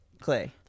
Clay